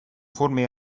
forme